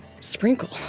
Sprinkle